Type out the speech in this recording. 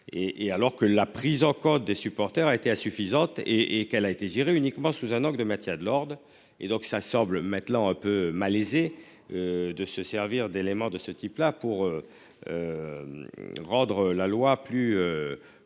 alors que la prise en compte des supporters a été insuffisante et et qu'elle a été gérée uniquement sous un angle de Mathias de. Et donc, ça semble maintenant un peu malaisé. De se servir d'éléments de ce type là pour. Rendre la loi plus.